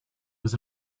was